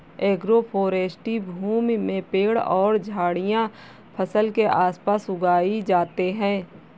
agroforestry भूमि में पेड़ और झाड़ियाँ फसल के आस पास उगाई जाते है